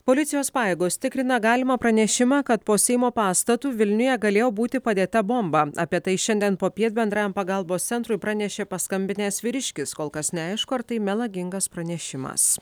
policijos pajėgos tikrina galimą pranešimą kad po seimo pastatu vilniuje galėjo būti padėta bomba apie tai šiandien popiet bendrajam pagalbos centrui pranešė paskambinęs vyriškis kol kas neaišku ar tai melagingas pranešimas